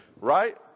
right